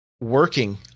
working